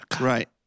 Right